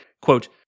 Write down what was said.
Quote